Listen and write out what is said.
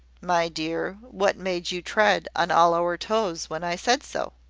my dear, what made you tread on all our toes when i said so?